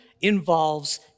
involves